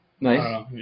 Nice